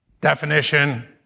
Definition